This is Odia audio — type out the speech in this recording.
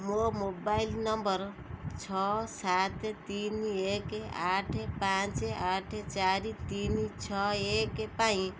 ମୋ ମୋବାଇଲ୍ ନମ୍ବର୍ ଛଅ ସାତ ତିନି ଏକ ଆଠ ପାଞ୍ଚ ଆଠ ଚାରି ତିନି ଛଅ ଏକ ପାଇଁ